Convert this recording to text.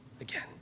again